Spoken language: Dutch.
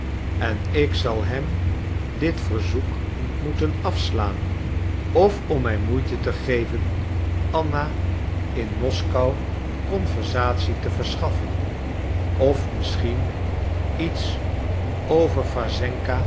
en ik zal hem dit verzoek moeten afslaan of om mij moeite te geven anna in moskou conversatie te verschaffen of misschien iets over wassenka